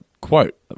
quote